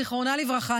זיכרונה לברכה,